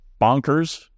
bonkers